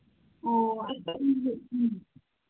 ꯑꯣ